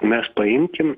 mes paimkim